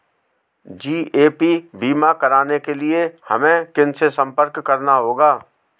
GAP बीमा कराने के लिए हमें किनसे संपर्क करना होगा?